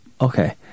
Okay